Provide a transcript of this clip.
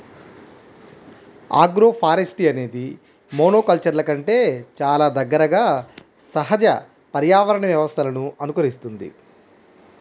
agroforestry అనేది మోనోకల్చర్ల కంటే చాలా దగ్గరగా సహజ పర్యావరణ వ్యవస్థలను అనుకరిస్తుంది